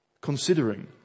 considering